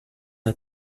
are